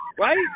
Right